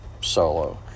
solo